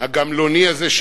הגמלוני הזה,